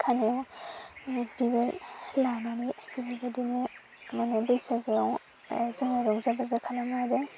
खानायाव बिबार लानानै बेबायदिनो माने बैसागुआव जोङो रंजा बाजा खालामो आरो